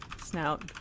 snout